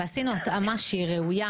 ועשינו התאמה שהיא ראויה.